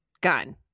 gun